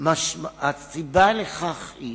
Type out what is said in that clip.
הסיבה לכך היא